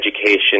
education